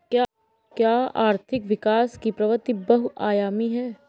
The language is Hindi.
क्या आर्थिक विकास की प्रवृति बहुआयामी है?